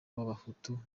b’abahutu